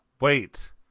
Wait